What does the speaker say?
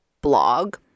blog